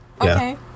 Okay